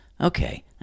okay